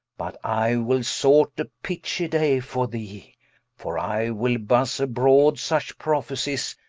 but i will sort a pitchy day for thee for i will buzze abroad such prophesies,